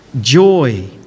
joy